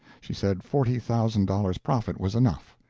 she said forty thousand dollars' profit was enough.